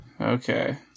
Okay